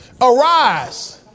Arise